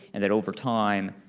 and that over time,